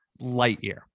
Lightyear